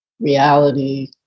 reality